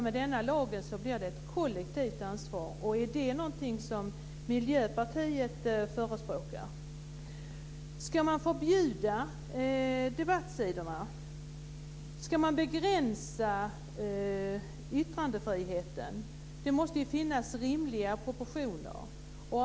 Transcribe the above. Med denna lag blir det ett kollektivt ansvar. Är det någonting som Miljöpartiet förespråkar? Ska man förbjuda debattsidorna? Ska man begränsa yttrandefriheten? Det måste ju finnas rimliga proportioner.